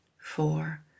four